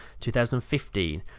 2015